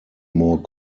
more